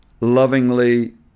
lovingly